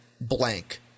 blank